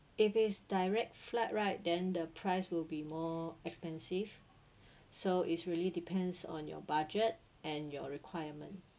if it's direct flight right then the price will be more expensive so it's really depends on your budget and your requirement